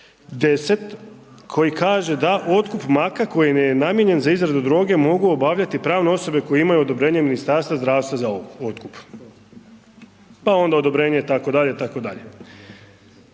10. koji kaže da otkup maka koji je namijenjen za izradu droge mogu obavljati pravne osobe koje imaju odobrenje Ministarstva zdravstva za otkup, pa onda odobrenje itd., itd.